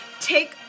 take